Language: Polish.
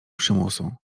przymusu